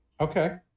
Okay